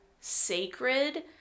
sacred